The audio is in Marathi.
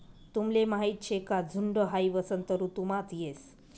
तुमले माहीत शे का झुंड हाई वसंत ऋतुमाच येस